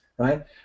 Right